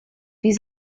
die